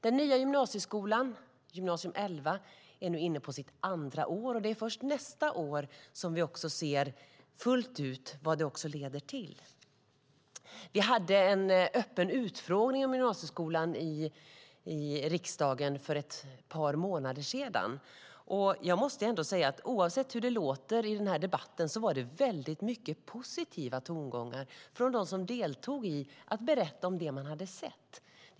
Den nya gymnasieskolan, Gymnasium 2011, är nu inne på sitt andra år. Det är först nästa år som vi fullt ut ser vad den leder till. Vi hade en öppen utfrågning om gymnasieskolan i riksdagen för ett par månader sedan. Jag måste ändå säga att oavsett hur det låter i den här debatten var det väldigt mycket positiva tongångar från dem som deltog när de berättade om det de hade sett.